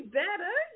better